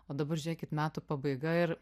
o dabar žiūrėkit metų pabaiga ir